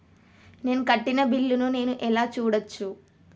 నేను కట్టిన బిల్లు ను నేను ఎలా చూడచ్చు?